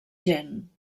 gent